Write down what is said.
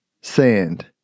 sand